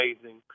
amazing